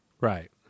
Right